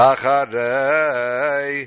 Acharei